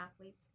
athletes